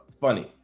funny